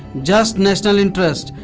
just national interest.